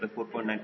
94 1